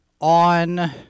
On